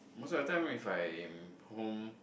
most of the time if I'm home